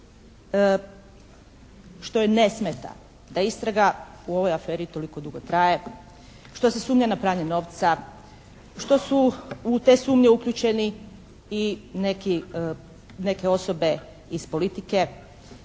što je ne smeta da istraga u ovoj aferi toliko dugo traje, što se sumnja sa na pranje novca, što su u te sumnje uključeni i neki, neke osobe iz politike.